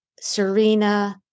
Serena